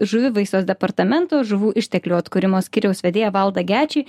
žuvivaisos departamento žuvų išteklių atkūrimo skyriaus vedėją valdą gečį